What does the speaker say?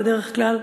בדרך כלל,